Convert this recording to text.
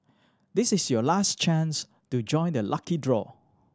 this is your last chance to join the lucky draw